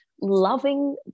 loving